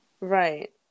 right